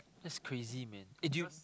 that's crazy man eh do you